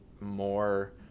more